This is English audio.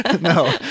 no